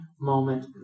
moment